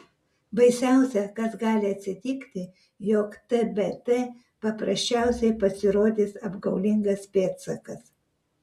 baisiausia kas gali atsitikti jog tbt paprasčiausiai pasirodys apgaulingas pėdsakas